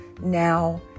now